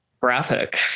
graphic